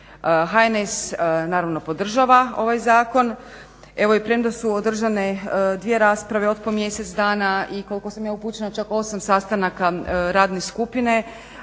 HNS naravno podržava ovaj zakon, evo i premda su održane dvije rasprave od po mjesec dana i koliko sam ja upućena čak 8 sastanaka radne skupine